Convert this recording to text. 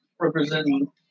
Representing